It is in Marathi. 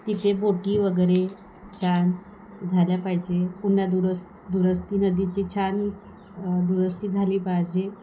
तिथे बोटी वगैरे छान झाल्या पाहिजे पुन्हा दुरस् दुरुस्ती नदीची छान दुरुस्ती झाली पाहिजे